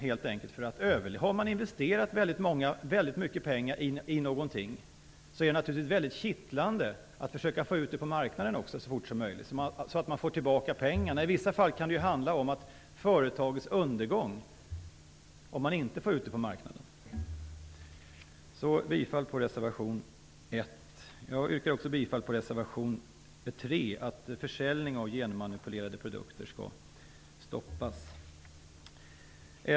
Har man investerat väldigt mycket pengar i någonting är det naturligtvis väldigt kittlande att försöka få ut det på marknaden så fort som möjligt så att man får tillbaka pengarna. I vissa fall kan det handla om företagets undergång om man inte får ut produkten på marknaden. Jag yrkar bifall till reservation 1. Jag yrkar också bifall till reservation 3 om att försäljning av genmanipulerade produkter skall stoppas.